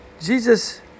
Jesus